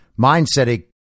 mindset